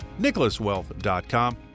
nicholaswealth.com